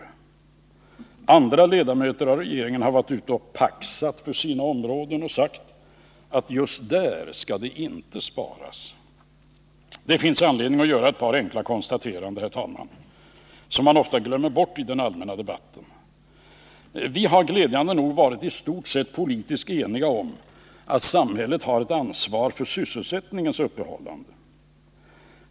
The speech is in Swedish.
Andra ledamöter av regeringen har varit ute och paxat för sina områden och sagt att just där skall det inte sparas. Det finns anledning att göra ett par enkla konstateranden, herr talman, som ofta glöms bort i den allmänna debatten. Vi har glädjande nog varit i stort sett politiskt eniga om att samhället har ett ansvar för sysselsättningens uppehållande.